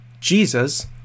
Jesus